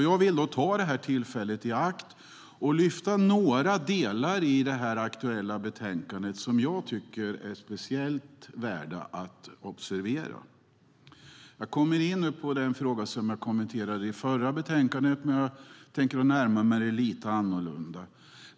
Jag vill därför ta det här tillfället i akt att lyfta fram några delar i det aktuella betänkandet som jag tycker är speciellt värda att observera. Jag kommer nu in på den fråga som jag kommenterade i förra ärendet, men jag tänker nu närma mig den lite annorlunda.